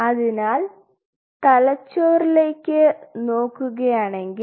അതിനാൽ തലച്ചോറിലേക്ക് നോക്കുകയാണെങ്കിൽ